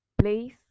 place